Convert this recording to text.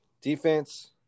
defense